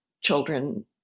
children